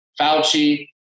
Fauci